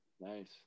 Nice